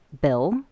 Bill